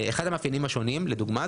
אחד המאפיינים השונים לדוגמה,